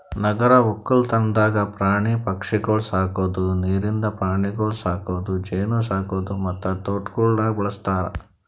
ನಗರ ಒಕ್ಕಲ್ತನದಾಗ್ ಪ್ರಾಣಿ ಪಕ್ಷಿಗೊಳ್ ಸಾಕದ್, ನೀರಿಂದ ಪ್ರಾಣಿಗೊಳ್ ಸಾಕದ್, ಜೇನು ಸಾಕದ್ ಮತ್ತ ತೋಟಕ್ನ್ನೂ ಬಳ್ಸತಾರ್